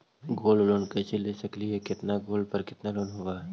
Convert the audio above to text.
Gold loan कैसे ले सकली हे, कितना गोल्ड पर कितना लोन चाही?